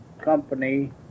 company